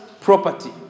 property